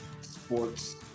sports